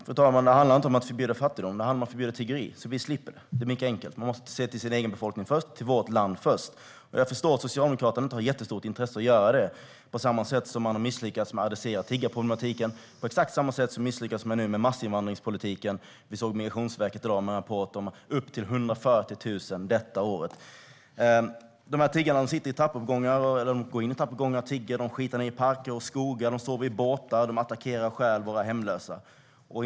Fru talman! Det handlar inte om att förbjuda fattigdom. Det handlar om att förbjuda tiggeriet så att vi slipper det. Det är mycket enkelt: Man måste se till sin egen befolkning och till vårt land först. Jag förstår att Socialdemokraterna inte har något jättestort intresse av att göra det. På exakt samma sätt som man har misslyckats med att adressera tiggarproblematiken misslyckas man nu med massinvandringspolitiken. Vi såg att Migrationsverket i dag pratade om upp till 140 000 personer detta år. De här tiggarna går in i trappuppgångar, de tigger, de skitar ned i parker och skogar, de står vid båtar, de attackerar och stjäl från våra hemlösa.